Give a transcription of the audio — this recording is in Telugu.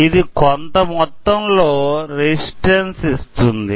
అది కొంత మొత్తంలో రెసిస్టన్స్ ఇస్తుంది